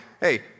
hey